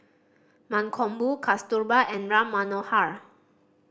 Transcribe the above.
Mankombu Kasturba and Ram Manohar